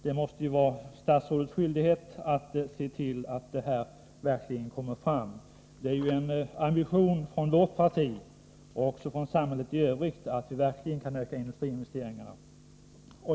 Det måste vara statsrådets skyldighet att se till att detta verkligen blir av. Det är ju en ambition från vårt parti och från samhället i övrigt att öka industriinvesteringarna.